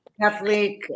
Catholic